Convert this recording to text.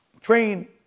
train